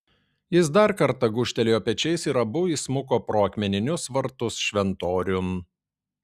jis dar kartą gūžtelėjo pečiais ir abu įsmuko pro akmeninius vartus šventoriun